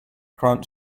ground